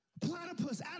Platypus